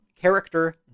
character